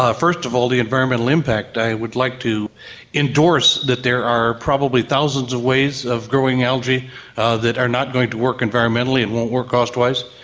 ah first of all the environmental impact. i would like to endorse that there are probably thousands of ways of growing algae ah that are not going to work environmentally and won't work cost-wise.